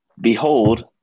Behold